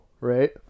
right